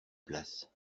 place